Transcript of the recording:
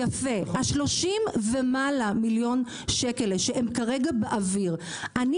30 ומעלה מיליון שקלים האלה שהם כרגע באוויר אני